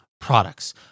products